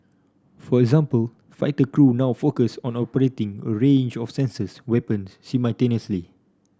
for example fighter crew now focus on operating a range of sensors weapons simultaneously